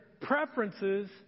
preferences